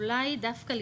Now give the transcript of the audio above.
אולי דווקא,